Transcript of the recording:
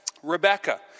Rebecca